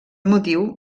motiu